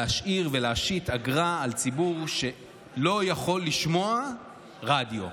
להשאיר ולהשית אגרה על ציבור שלא יכול לשמוע רדיו,